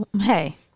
Hey